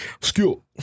Skill